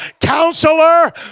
Counselor